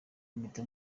komite